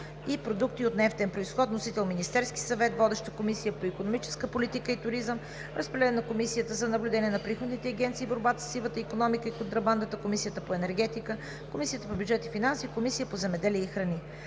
и продукти от нефтен произход. Вносител – Министерският съвет. Водеща е Комисията по икономическа политика и туризъм. Разпределен е на Комисията за наблюдение на приходните агенции и борба със сивата икономика и контрабандата, Комисията по енергетика, Комисията по бюджет и финанси и Комисията по земеделието и храните.